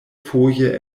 foje